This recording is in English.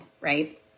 right